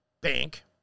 bank